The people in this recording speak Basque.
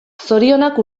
zorionak